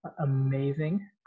amazing